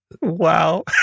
wow